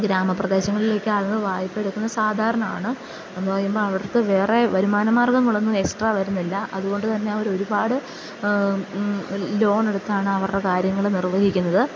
ഗ്രാമ പ്രദേശങ്ങളിലൊക്കെ ആളുകൾ വായ്പ എടുക്കുന്ന സാധാരണമാണ് എന്നു പറയുമ്പോൾ അവർക്കു വേറെ വരുമാന മാർഗ്ഗങ്ങളൊന്നും എക്സ്ട്രാ വരുന്നില്ല അതു കൊണ്ടു തന്നെ അവരൊരുപാട് ലോണെടുക്കാൻ അവരുടെ കാര്യങ്ങൾ നിർവ്വഹിക്കുന്നത്